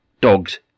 Dogs